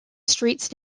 streets